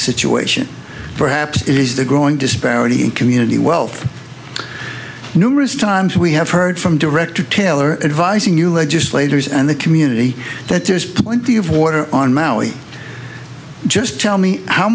situation perhaps it is the growing disparity in community wealth numerous times we have heard from director taylor advising new legislators and the community that there's plenty of water on maui just tell me how